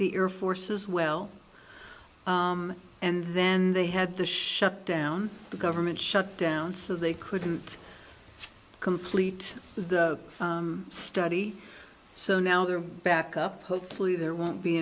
the air force as well and then they had to shut down the government shutdown so they couldn't complete the study so now they're back up hopefully there won't be